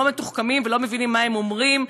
לא מתוחכמים ולא מבינים מה הם אומרים,